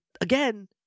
again